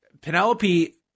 Penelope